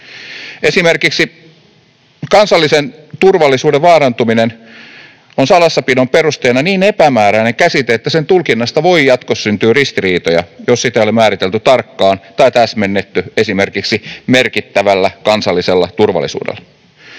Esimerkiksi ”kansallisen turvallisuuden vaarantuminen” on salassapidon perusteena niin epämääräinen käsite, että sen tulkinnasta voi jatkossa syntyä ristiriitoja, jos sitä ei ole määritelty tarkkaan tai täsmennetty esimerkiksi ”merkittävällä kansallisella turvallisuudella”.